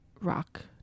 rock